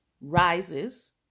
rises